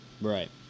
Right